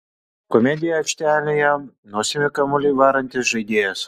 komedija aikštelėje nosimi kamuolį varantis žaidėjas